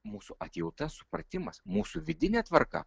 mūsų atjauta supratimas mūsų vidinė tvarka